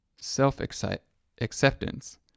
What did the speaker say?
self-acceptance